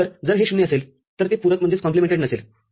तरजर हे ० असेलतर ते पूरक नसेलसंपूरकहीन असेल